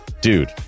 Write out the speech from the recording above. dude